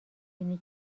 بینی